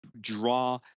draw